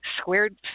squared